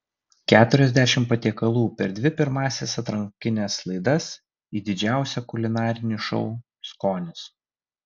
keturiasdešimt patiekalų per dvi pirmąsias atrankines laidas į didžiausią kulinarinį šou skonis